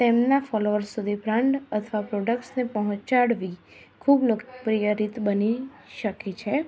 તેમના ફોલોવર્સ સુધી બ્રાન્ડ અથવા તો પ્રોડક્ટ્સને પહોંચાડવી ખૂબ લોકપ્રિય રીતે બની શકે છે